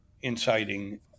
inciting